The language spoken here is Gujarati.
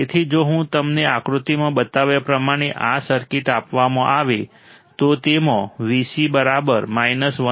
તેથી જો તમને આકૃતિમાં બતાવ્યા પ્રમાણે આ સર્કિટ આપવામાં આવે તો તેમાં V c 1